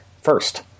first